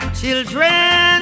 Children